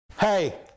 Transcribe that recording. hey